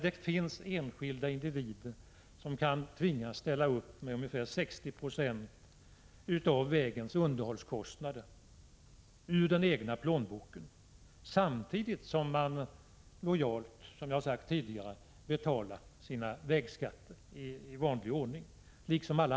Det finns enskilda individer som tvingas ställa upp med ungefär 60 70 av vägens underhållskostnader ur den egna plånboken, samtidigt som man liksom alla andra lojalt betalar sina vägskatter i vanlig ordning.